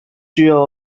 具有